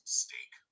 steak